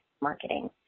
marketing